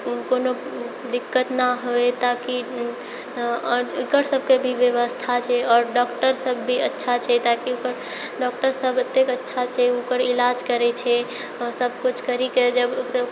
कोनो दिक्कत नहि होइ ताकि अऽ आओर एकर सबके भी व्यवस्था छै आओर डॉक्टर सब भी अच्छा छै ताकि ओकर डॉक्टर सब एते अच्छा छै ओकर इलाज करै छै हऽ सबकिछु करिके जब